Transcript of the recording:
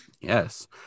yes